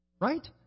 right